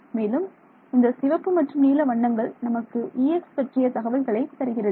மேலும் இந்த சிவப்பு மற்றும் நீல வண்ணங்கள் நமக்கு E x பற்றிய தகவல்களை தருகிறது